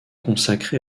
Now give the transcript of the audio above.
consacré